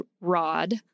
Rod